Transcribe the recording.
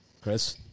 Chris